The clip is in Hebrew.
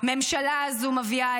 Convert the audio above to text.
שהממשלה הזו מביאה,